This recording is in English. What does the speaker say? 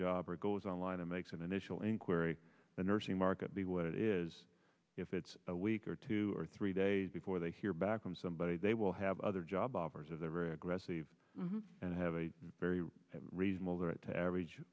job or goes online and makes an initial inquiry the nursing market be what it is if it's a week or two or three days before they hear back from somebody they will have other job offers of their very aggressive and have a very reasonable the right to average